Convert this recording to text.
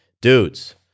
Dudes